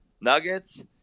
Nuggets